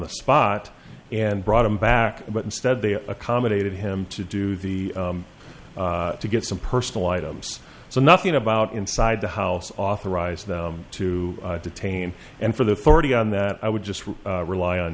the spot and brought him back but instead they accommodated him to do the to get some personal items so nothing about inside the house authorized to detain and for the authority on that i would just rely on